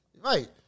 Right